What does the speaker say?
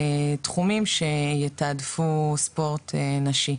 לתחומים שיתעדפו ספורט נשי,